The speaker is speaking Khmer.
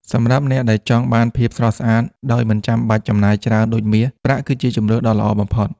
សម្រាប់អ្នកដែលចង់បានភាពស្រស់ស្អាតដោយមិនចាំបាច់ចំណាយច្រើនដូចមាស ប្រាក់គឺជាជម្រើសដ៏ល្អបំផុត។